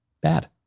bad